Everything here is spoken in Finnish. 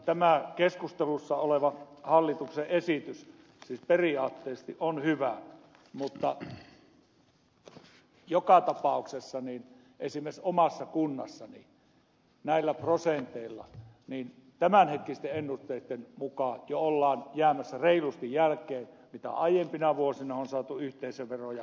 tämä keskustelussa oleva hallituksen esitys siis periaatteellisesti on hyvä mutta joka tapauksessa esimerkiksi omassa kunnassani näillä prosenteilla tämänhetkisten ennusteitten mukaan ollaan jo jäämässä reilusti jälkeen mitä aiempina vuosina on saatu yhteisöveroja